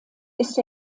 ist